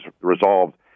resolved